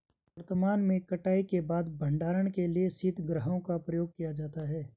वर्तमान में कटाई के बाद भंडारण के लिए शीतगृहों का प्रयोग किया जाता है